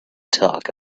talk